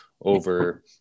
over